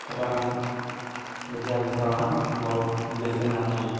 ସେଇଟା ପାଇଁ ଦେଶୀଆ ଗୀତ ବହୁତ ବେଶୀ ନାଚୁ